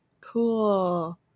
cool